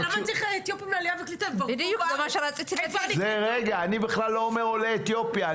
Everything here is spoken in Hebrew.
אני בכלל לא מעולי אתיופיה.